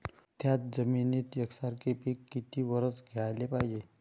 थ्याच जमिनीत यकसारखे पिकं किती वरसं घ्याले पायजे?